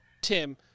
Tim